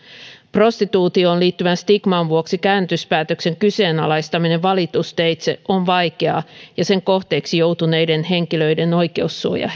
prostituutioon liittyvän stigman vuoksi käännytyspäätöksen kyseenalaistaminen valitusteitse on vaikeaa ja sen kohteeksi joutuneiden henkilöiden oikeussuoja